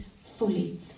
fully